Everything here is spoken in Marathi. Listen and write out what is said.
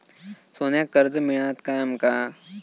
सोन्याक कर्ज मिळात काय आमका?